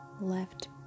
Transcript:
Left